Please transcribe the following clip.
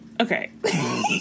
Okay